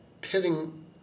pitting